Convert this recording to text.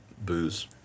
booze